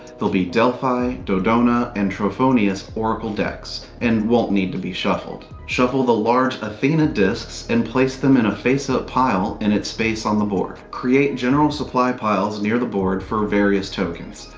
they'll be delphi, dodona, and trophonius oracle decks, and won't need to be shuffled. shuffle the large athena discs and place them in a face-up pile in its space on the board. create general supply piles near the board for the various tokens.